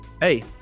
Hey